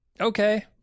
Okay